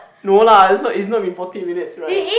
no lah it's not it's not been forty minutes right